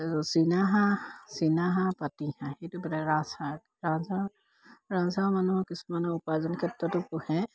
আৰু চীনাহাঁহ চীনাহাঁহ পাতিহাঁহ সেইটো ৰাজহাঁহ ৰাজহাঁহ ৰাজহাঁহো মানুহৰ কিছুমানে উপাৰ্জনৰ ক্ষেত্ৰতো পোহে